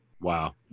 Wow